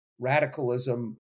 radicalism